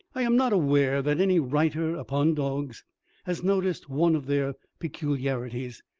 i am not aware that any writer upon dogs has noticed one of their peculiarities,